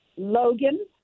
Logan